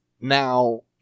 Now